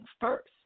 first